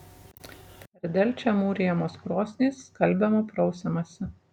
per delčią mūrijamos krosnys skalbiama prausiamasi